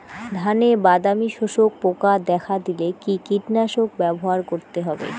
ধানে বাদামি শোষক পোকা দেখা দিলে কি কীটনাশক ব্যবহার করতে হবে?